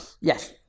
yes